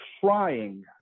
trying